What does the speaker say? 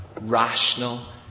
Rational